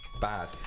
bad